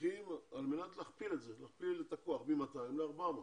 השליחים על מנת להכפיל את הכוח, מ-200 ל-400.